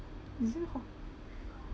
is there ho~